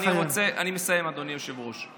אני מסיים, אדוני היושב-ראש.